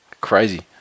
Crazy